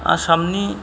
आसामनि